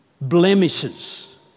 blemishes